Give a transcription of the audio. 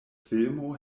filmo